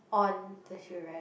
on the shoe rack